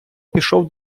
пішов